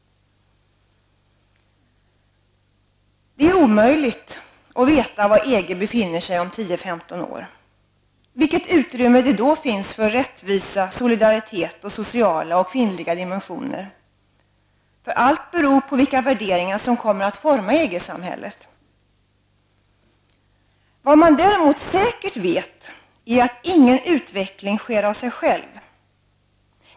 Det är omöjligt att veta var EG befinner sig om 10-- 15 år, vilket utrymme det då finns för rättvisa, solidaritet och sociala och kvinnliga dimensioner. Allt beror på vilka värderingar som kommer att forma EG-samhället. Vad man däremot säkert vet är att ingen utveckling sker av sig själv.